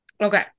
okay